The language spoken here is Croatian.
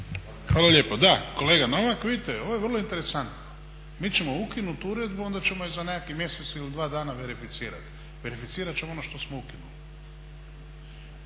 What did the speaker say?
Ivan (HDZ)** Da, kolega Novak, vidite ovo je vrlo interesantno, mi ćemo ukinuti uredbu a onda ćemo je za nekakvih mjesec ili dva dana verificirati. Verificirati ćemo ono što smo ukinuli.